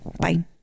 Bye